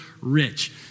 rich